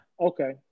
Okay